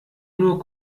nur